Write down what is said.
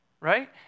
right